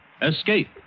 Escape